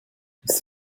ist